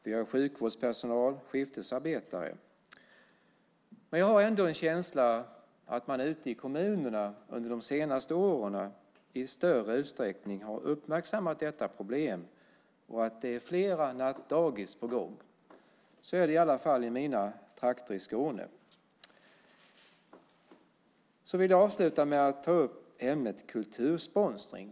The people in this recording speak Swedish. Vi har också sjukvårdspersonal och skiftarbetare. Jag har ändå en känsla av att man ute i kommunerna de senaste åren i större utsträckning har uppmärksammat detta problem och att det är flera nattdagis på gång. Så är det i varje fall i mina trakter i Skåne. Jag vill avsluta med att ta upp ämnet kultursponsring.